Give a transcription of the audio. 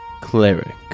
Cleric